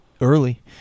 early